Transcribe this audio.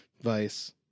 Vice